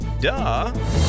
Duh